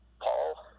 Paul